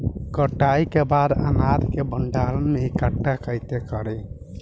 कटाई के बाद अनाज के भंडारण में इकठ्ठा कइसे करी?